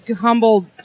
humble